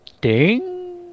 Ding